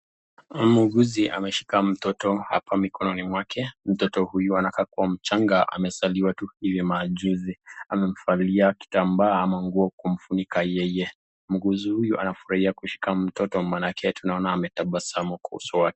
Muuguzi ameshika mtoto hapa mikononi mwake anakaa kuwa mchanga amezaliwa hivi juzi. Amemvalia kitambaa ama nguo kumfunika yeye, muuguzi huyu anafurahia kushika mtoto maanake tunaona ametabasamu kwa uso wake.